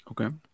Okay